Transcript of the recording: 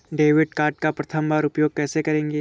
Debit card का प्रथम बार उपयोग कैसे करेंगे?